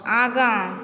आगाँ